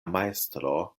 majstro